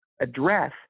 address